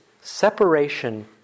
separation